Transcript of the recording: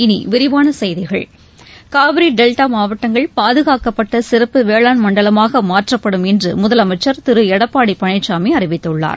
இனி விரிவான செய்திகள் காவிரி டெல்டா மாவட்டங்கள் பாதுகாக்கப்பட்ட சிறப்பு வேளாண் மண்டலமாக மாற்றப்படும் என்று முதலமைச்சர் திரு எடப்பாடி பழனிசாமி அறிவித்துள்ளார்